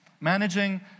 Managing